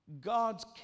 God's